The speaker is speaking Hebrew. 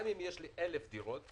גם אם יש לי 1,000 דירות,